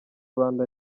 rwanda